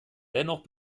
dennoch